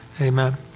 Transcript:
Amen